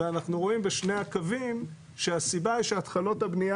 ואנחנו רואים בשני הקווים שהסיבה היא שהתחלות הבנייה